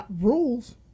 Rules